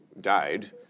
died